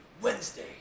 Wednesday